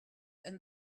and